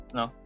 no